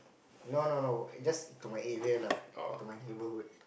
no no no just to my area lah to my neighbourhood